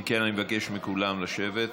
אם כן, אני מבקש מכולם לשבת.